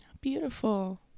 beautiful